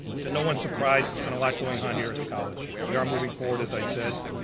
to no one's surprise, there's been a lot going on here at the college. we are moving forward, as i said.